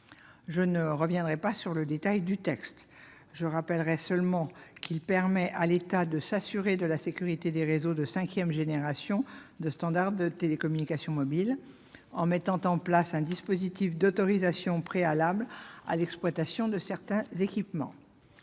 Je ne reviendrai pas sur les détails du texte ; je rappellerai seulement qu'il permet à l'État de s'assurer de la sécurité des réseaux de cinquième génération de standards de télécommunications mobiles, en mettant en place un dispositif d'autorisation préalable à l'exploitation de certains équipements.